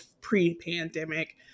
pre-pandemic